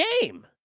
game